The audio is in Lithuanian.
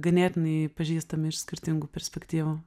ganėtinai pažįstami iš skirtingų perspektyvų